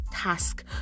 task